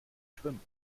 schwimmen